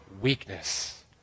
weakness